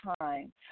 time